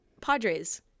Padres